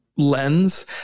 lens